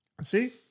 See